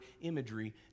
imagery